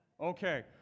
Okay